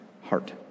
heart